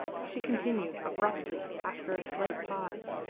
she continued, abruptly, after a slight pause,